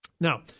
Now